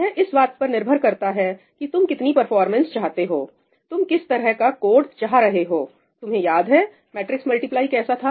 यह इस बात पर निर्भर करता है कि तुम कितनी परफॉर्मेंस चाहते हो तुम किस तरह का कोड चाह रहे हो तुम्हें याद है मैट्रिक्स मल्टीप्लाई कैसा था